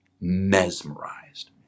mesmerized